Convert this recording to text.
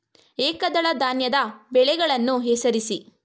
ಏಕದಳ ಧಾನ್ಯದ ಬೆಳೆಗಳನ್ನು ಹೆಸರಿಸಿ?